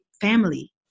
family